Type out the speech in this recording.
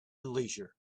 leisure